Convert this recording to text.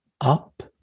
up